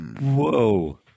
Whoa